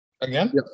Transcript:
Again